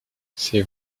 c’est